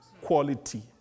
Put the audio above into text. quality